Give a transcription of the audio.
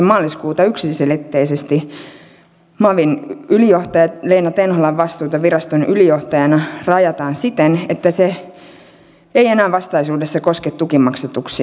maaliskuuta yksiselitteisesti että mavin ylijohtaja leena tenholan vastuuta viraston ylijohtajana rajataan siten että se ei enää vastaisuudessa koske tukimaksatuksia